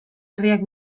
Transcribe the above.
herriak